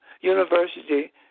University